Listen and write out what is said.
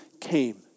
came